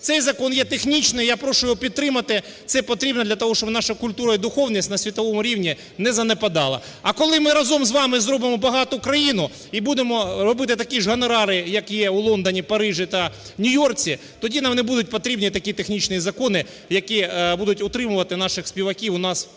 Цей закон є технічний, я прошу його підтримати. Це потрібно, для того, щоб наша культура і духовність на світовому рівні не занепадала. А коли ми разом з вами зробимо багату країну і будемо робити такі ж гонорари, які є у Лондоні, Парижі та Нью-Йорку, тоді нам не будуть потрібні такі технічні закони, які будуть утримувати наших співаків у нас